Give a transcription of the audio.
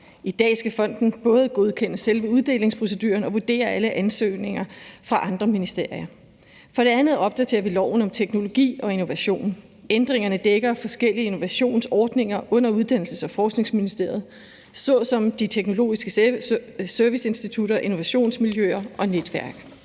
I dag skal fonden både godkende selve uddelingsproceduren og vurdere alle ansøgninger fra andre ministerier. For det andet opdateres loven om teknologi og innovation. Ændringerne dækker forskellige innovationsordninger under Uddannelses- og Forskningsministeriet såsom de teknologiske serviceinstitutter, innovationsmiljøer og netværk.